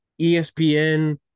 ESPN